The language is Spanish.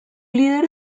líder